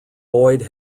boyd